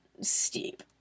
steep